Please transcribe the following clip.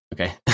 Okay